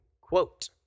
quote